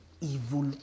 evil